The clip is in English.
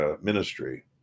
ministry